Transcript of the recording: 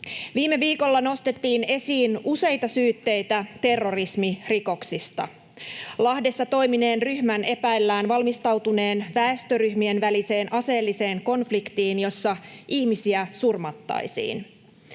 Viime viikolla nostettiin esiin useita syytteitä terrorismirikoksista. Lahdessa toimineen ryhmän epäillään valmistautuneen väestöryhmien väliseen aseelliseen konfliktiin, jossa ihmisiä surmattaisiin